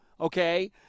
okay